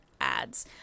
ads